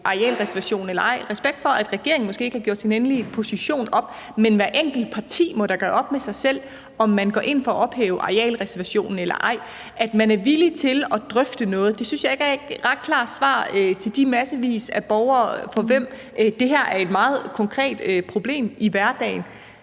arealreservationen eller ej. Respekt for, at regeringen måske ikke har gjort sin endelige position op, men hvert enkelt parti må da gøre op med sig selv, om man går ind for at ophæve arealreservationen eller ej. At man er villig til at drøfte noget, synes jeg ikke er et ret klart svar til de massevis af borgere, for hvem det her er et meget konkret problem i hverdagen.